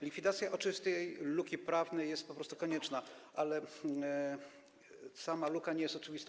Likwidacja oczywistej luki prawnej jest po prostu konieczna, ale sama luka nie jest oczywista.